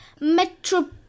Metro